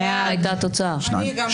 מי נגד?